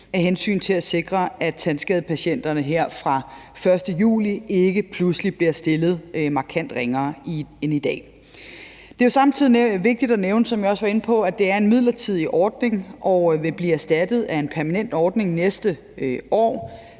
af hensyn til at sikre, at tandskadepatienterne her fra den 1. juli ikke pludselig bliver stillet markant ringere end i dag. Det er jo samtidig vigtigt at nævne, som jeg også var inde på, at det er en midlertidig ordning, og at den vil blive erstattet af en permanent ordning næste år.